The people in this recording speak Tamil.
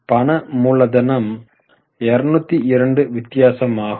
பண மூலதனம் 202 வித்தியாசமாகும்